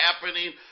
happening